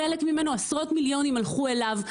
עשרות מיליונים הלכו אליו,